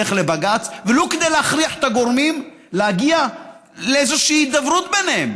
אלך לבג"ץ ולו כדי להכריח את הגורמים להגיע לאיזושהי הידברות ביניהם.